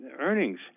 earnings